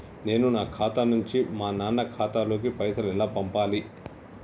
నేను నా ఖాతా నుంచి మా నాన్న ఖాతా లోకి పైసలు ఎలా పంపాలి?